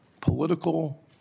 political